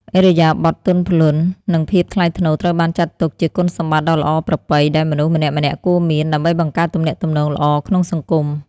ឥរិយាបថទន់ភ្លន់ និងភាពថ្លៃថ្នូរត្រូវបានចាត់ទុកជាគុណសម្បត្តិដ៏ល្អប្រពៃដែលមនុស្សម្នាក់ៗគួរមាន ដើម្បីបង្កើតទំនាក់ទំនងល្អក្នុងសង្គម។